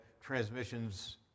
transmissions